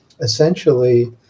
essentially